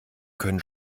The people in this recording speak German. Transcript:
können